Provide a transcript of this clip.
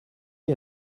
est